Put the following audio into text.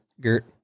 Gert